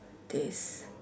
this